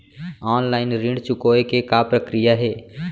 Online ऋण चुकोय के का प्रक्रिया हे?